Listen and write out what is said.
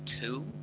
two